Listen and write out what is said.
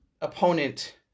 opponent